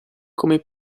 come